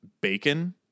bacon